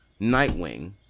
Nightwing